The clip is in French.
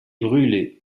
brûlé